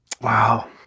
Wow